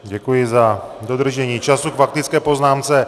Děkuji za dodržení času k faktické poznámce.